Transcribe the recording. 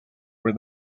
were